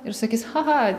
ir sakys cha cha